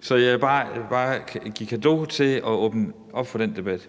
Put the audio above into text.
Så jeg vil bare give cadeau for at åbne op for den debat.